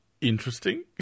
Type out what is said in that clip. interesting